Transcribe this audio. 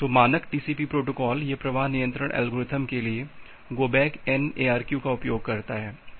तो मानक TCP protocol यह प्रवाह नियंत्रण एल्गोरिथ्म के लिए गो बैक N ARQ का उपयोग करता है